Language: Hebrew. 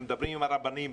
הם מדברים עם הרבנים,